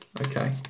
Okay